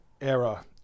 era